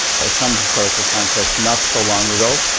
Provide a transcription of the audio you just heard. by some historical context, not so long ago.